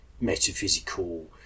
metaphysical